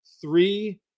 three